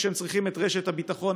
כשהם צריכים את רשת הביטחון,